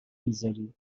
میذاری